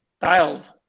dials